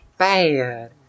bad